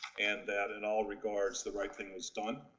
and that in all regards the right thing was done.